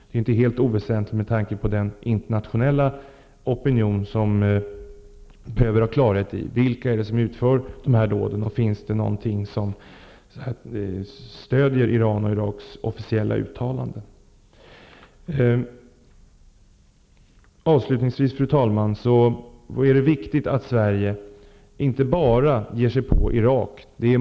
Det är inte helt oväsentligt med tanke på den internationella opinion som vill ha klarhet i vilka det är som utför sådana dåd och om det finns något som stödjer Iraks och Irans officiella uttalanden. Fru talman! Avslutningsvis: Det är viktigt att Sverige inte bara ger sig på Irak.